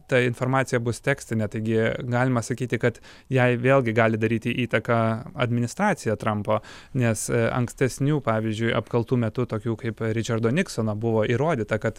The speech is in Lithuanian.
ta informacija bus tekstinė taigi galima sakyti kad jai vėlgi gali daryti įtaką administracija trampo nes ankstesnių pavyzdžiui apkaltų metu tokių kaip ričardo niksono buvo įrodyta kad